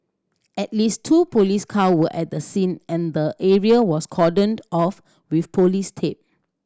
at least two police car were at the scene and the area was cordoned off with police tape